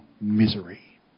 misery